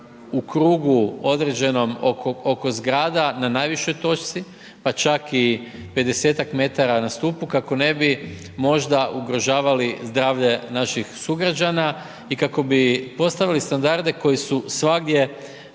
u krugu određenom, oko zgrada, na najvišoj točci, pa čak i 50-tak metara na stupu, kako ne bi možda ugrožavali zdravlje naših sugrađana i kako bi postavili standarde koji su svagdje